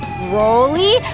Rolly